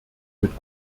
mit